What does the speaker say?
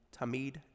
Tamid